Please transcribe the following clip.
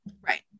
right